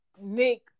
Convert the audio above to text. Nick